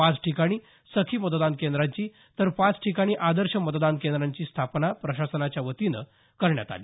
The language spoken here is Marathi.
पाच ठिकाणी सखी मतदान केंद्राची तर पाच ठिकाणी आदर्श मतदान केंद्राची स्थापना प्रशासनाच्यावतीनं सांगण्यात आलं